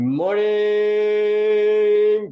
morning